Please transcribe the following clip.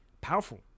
powerful